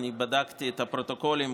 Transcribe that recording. אני בדקתי את הפרוטוקולים,